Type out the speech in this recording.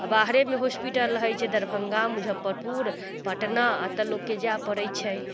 आ बाहरेमे होस्पिटल रहैत छै दरभङ्गा मुजफ्फरपुर पटना एतऽ लोककेँ जाय पड़ैत छै